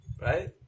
right